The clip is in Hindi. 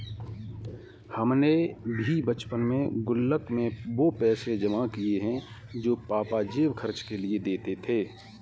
हमने भी बचपन में गुल्लक में वो पैसे जमा किये हैं जो पापा जेब खर्च के लिए देते थे